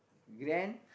grand